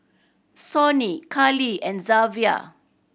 Sonny Karlie and Zavier